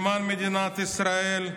למען מדינת ישראל,